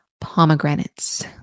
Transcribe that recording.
pomegranates